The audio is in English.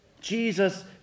Jesus